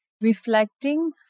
Reflecting